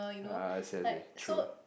ah I see I see true